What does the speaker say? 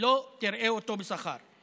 לא תראה אותו בשכר.